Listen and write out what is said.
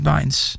Binds